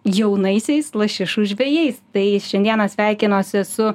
jaunaisiais lašišų žvejais tai šiandieną sveikinosi su